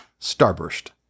Starburst